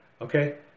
okay